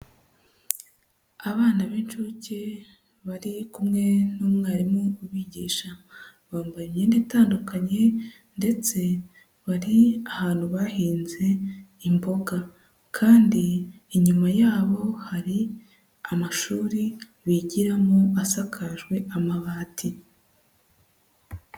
Abana b'incuke bari kumwe n'umwarimu ubigisha, bambaye imyenda itandukanye, ndetse bari ahantu bahinze imboga, kandi inyuma yabo hari amashuri bigiramo asakajwe amabati.